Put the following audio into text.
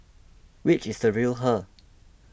which is the real her